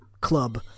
club